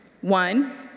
one